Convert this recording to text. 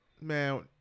Man